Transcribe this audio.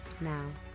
Now